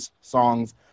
songs